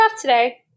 today